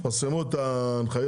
תפרסמו את ההנחיה,